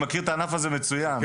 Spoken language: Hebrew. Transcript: אני